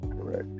Correct